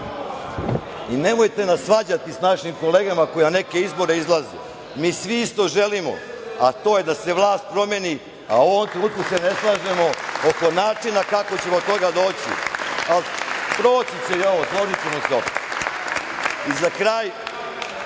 glasova. Nemojte nas svađati sa našim kolegama koje na neke izbore izlaze. Mi svi isto želimo, a to je da se vlast promeni, a u ovom trenutku se ne slažemo oko način kako ćemo do toga doći. Proći će i ovo, složićemo se opet.Za kraj,